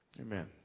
Amen